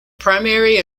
primary